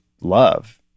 love